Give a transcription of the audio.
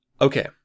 Okay